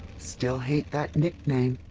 still hate that nickname.